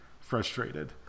frustrated